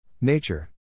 Nature